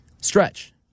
stretch